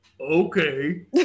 okay